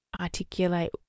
articulate